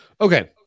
Okay